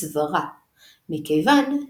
גם בספרות